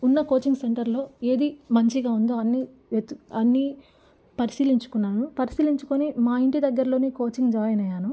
ఉన్న కోచింగ్ సెంటర్లో ఏది మంచిగా ఉందో అన్ని వెతుకు అన్ని పరిశీలించుకున్నాను పరిశీలించుకుని మా ఇంటి దగ్గరలోనే కోచింగ్ జాయిన్ అయ్యాను